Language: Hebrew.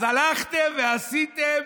אז הלכתם ועשיתם